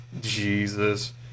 Jesus